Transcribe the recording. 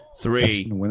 Three